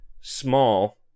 small